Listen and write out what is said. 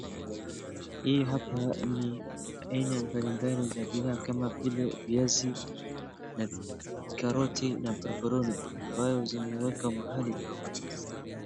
Hii hapa ni aina mbalimbali za bidhaa kama vile viazi, karoti na paroporoni ambazo zimewekwa mahali.